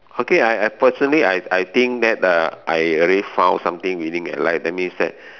okay I I personally I I think that uh I already found something winning in life that means that